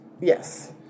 Yes